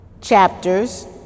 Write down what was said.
chapters